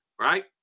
right